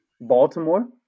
Baltimore